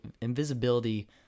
invisibility